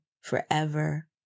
forever